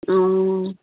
অঁ